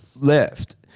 left